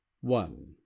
One